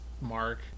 Mark